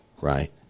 right